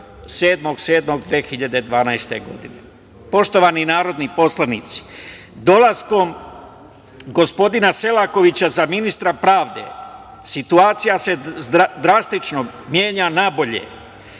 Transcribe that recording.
7.7.2012. godine. Poštovani narodni poslanici, dolaskom gospodina Selakovića za ministra pravde situacija se drastično menja na bolje.